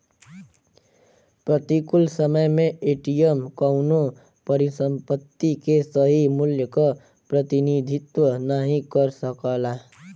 प्रतिकूल समय में एम.टी.एम कउनो परिसंपत्ति के सही मूल्य क प्रतिनिधित्व नाहीं कर सकला